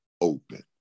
open